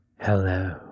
Hello